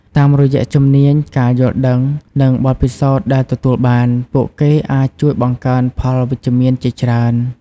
តាមរយៈជំនាញ ការយល់ដឹង និងបទពិសោធន៍ដែលទទួលបាន ពួកគេអាចជួយបង្កើតផលវិជ្ជមានជាច្រើន។